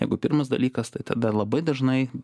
jeigu pirmas dalykas tai tada labai dažnai